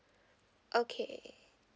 okay